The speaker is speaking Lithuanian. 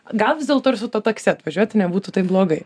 gal vis dėlto ir su tuo taksi atvažiuoti nebūtų taip blogai